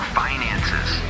finances